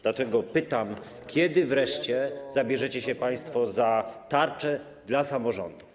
Dlatego pytam: Kiedy wreszcie zabierzecie się państwo za tarczę dla samorządów?